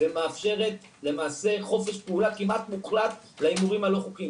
ומאפשרת למעשה חופש פעולה כמעט מוחלט להימורים הלא חוקיים.